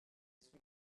sous